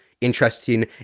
interesting